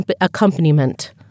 accompaniment